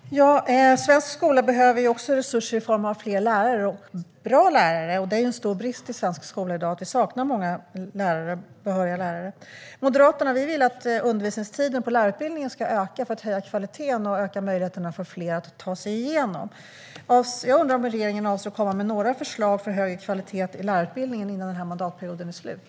Herr talman! Svenska skolan behöver också resurser i form av fler och bra lärare. Det är en stor brist i svensk skola i dag att det saknas många behöriga lärare. Vi i Moderaterna vill att undervisningstiden på lärarutbildningen ska öka för att höja kvaliteten och öka möjligheterna för fler att ta sig igenom. Jag undrar om regeringen avser att komma med några förslag för högre kvalitet i lärarutbildningen innan den här mandatperioden är slut.